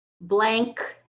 blank